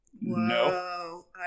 No